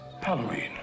Halloween